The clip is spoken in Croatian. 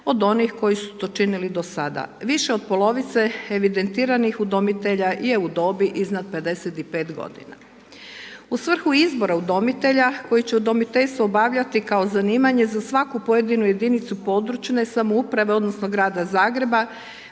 od onih koji su to činili do sada. Više od polovice evidentiranih udomitelja je u dobi iznad 55 godina. U svrhu izbora udomitelja koji će udomiteljstvo obavljati kao zanimanje za svaku pojedinu jedinicu područne samouprave odnosno grada Zagreba,